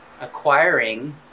acquiring